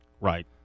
Right